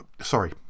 Sorry